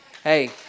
Hey